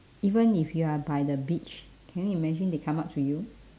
even if you are by the beach can you imagine they come up to you